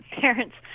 parents